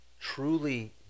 truly